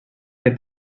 que